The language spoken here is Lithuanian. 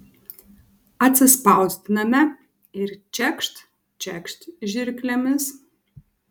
atsispausdiname ir čekšt čekšt žirklėmis